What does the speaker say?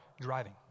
driving